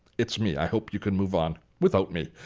it's me. i hope you can move on without me.